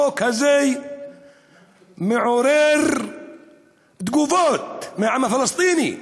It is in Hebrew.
החוק הזה מעורר תגובות מהעם הפלסטיני.